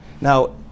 Now